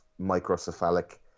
microcephalic